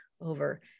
over